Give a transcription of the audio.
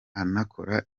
anakora